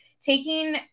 taking